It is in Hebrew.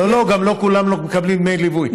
לא, גם לא כולם מקבלים דמי ליווי.